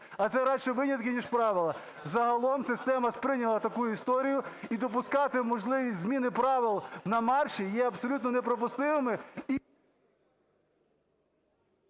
а це радше винятки, ніж правило. Загалом система сприйняла таку історію, і допускати можливість зміни правил на марші є абсолютно неприпустимими...